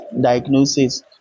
diagnosis